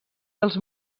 dels